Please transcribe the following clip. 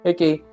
Okay